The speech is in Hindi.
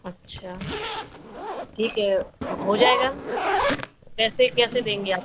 अच्छा ठीक है ह हो जाएगा कैसे कैसे देंगी आप